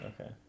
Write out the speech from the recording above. Okay